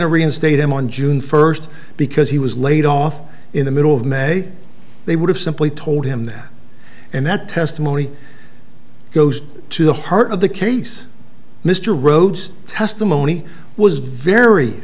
to reinstate him on june first because he was laid off in the middle of may they would have simply told him that and that testimony goes to the heart of the case mr rhodes testimony was very